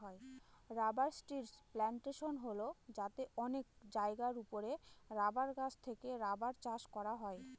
rubber ট্রির plantation হল যাতে অনেক জায়গার ওপরে রাবার গাছ থেকে রাবার চাষ করা হয়